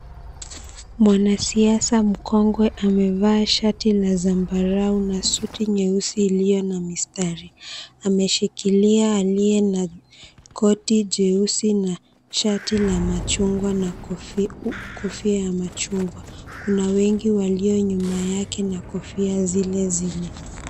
Mwanasiasa mkongwe amevaa shati la zambarau na suti nyeusi iliyona mistari. Ameshikilia aliyena koti jeusi na shati la machungwa na kofia ya machungwa. Kuna wengi walionyuma yake na kofia zilezile.